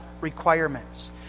requirements